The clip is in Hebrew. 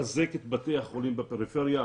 לחזק את בתי החולים בפריפריה,